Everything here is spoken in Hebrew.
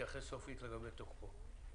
נתייחס סופית לגבי תוקפו.